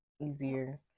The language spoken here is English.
easier